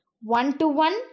one-to-one